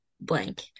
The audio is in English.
blank